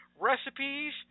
recipes